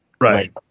Right